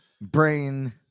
brain